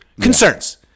concerns